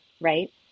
right